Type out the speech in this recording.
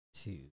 two